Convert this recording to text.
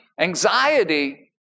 Anxiety